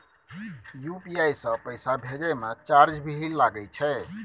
UPI से पैसा भेजै म चार्ज भी लागे छै?